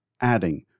adding